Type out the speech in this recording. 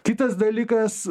kitas dalykas